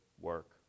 work